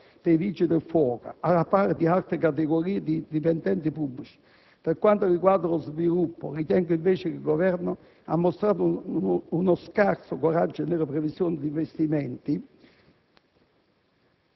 In questo caso si era trovata una convergenza con i componenti di maggioranza della Commissione finanze. E ancora come non riconoscere l'alto valore sociale e morale della proposta che mirava a garantire